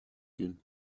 gün